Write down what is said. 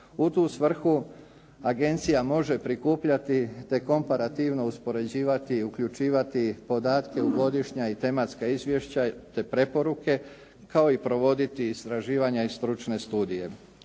U tu svrhu agencija može prikupljati te komparativno uspoređivati, uključivati podatke u godišnja i tematska izvješća, te preporuke, kao i provoditi istraživanja i stručne studije.